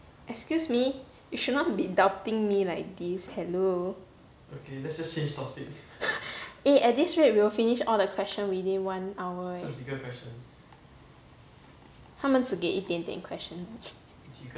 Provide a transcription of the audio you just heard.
excuse me you should not be doubting me like this hello eh at this rate we will finish all the question within one hour eh 他们只给一点点 question